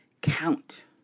count